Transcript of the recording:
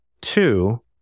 Two